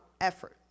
effort